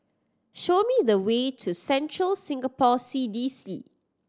show me the way to Central Singapore C D C